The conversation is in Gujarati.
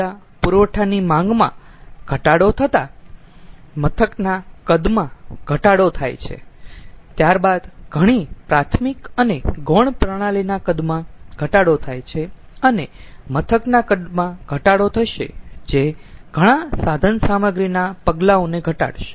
ઊર્જા પુરવઠાની માંગમાં ઘટાડો થતાં મથકના કદમાં ઘટાડો થાય છે ત્યારબાદ ઘણી પ્રાથમિક અને ગૌણ પ્રણાલીના કદમાં ઘટાડો થાય છે અને મથકના કદમાં ઘટાડો થશે જે ઘણાં સાધન સામગ્રીના પગલાઓને ઘટાડશે